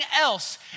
else